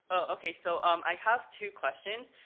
okay. so um i have two questions.